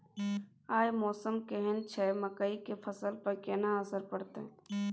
आय मौसम केहन छै मकई के फसल पर केहन असर परतै?